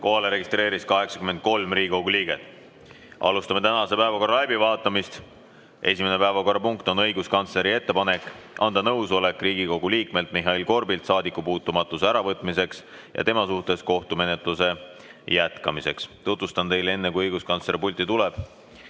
registreerus 83 Riigikogu liiget. Alustame tänase päevakorra läbivaatamist. Esimene päevakorrapunkt on õiguskantsleri ettepanek anda nõusolek Riigikogu liikmelt Mihhail Korbilt saadikupuutumatuse äravõtmiseks ja tema suhtes kohtumenetluse jätkamiseks. Tutvustan teile enne, kui õiguskantsler pulti tuleb,